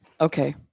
Okay